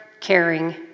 caring